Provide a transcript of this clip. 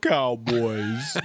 Cowboys